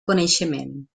coneixement